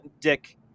dick